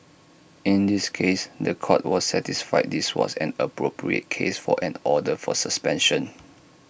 in this case The Court was satisfied this was an appropriate case for an order for suspension